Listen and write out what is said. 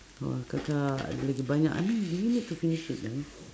!wah! kakak lagi ada banyak I mean do we need to finish it now